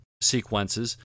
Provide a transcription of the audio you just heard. sequences